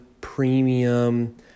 premium